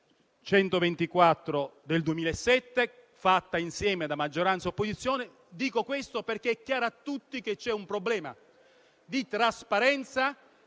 n. 124 del 2007, approvata da maggioranza e opposizione. Dico questo, però, perché è chiaro a tutti che c'è un problema di trasparenza